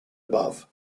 above